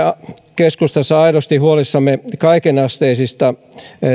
keskustassa olemme aidosti huolissamme kaikenasteisista